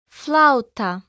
flauta